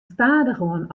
stadichoan